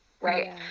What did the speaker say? right